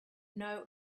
know